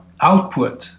output